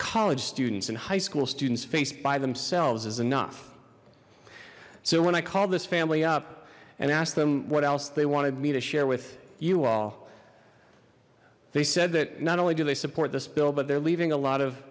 college students and high school students face by themselves is enough so when i called this family up and asked them what else they wanted me to share with you all they said that not only do they support this bill but they're leaving a lot of